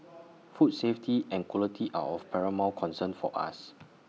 food safety and quality are of paramount concern for us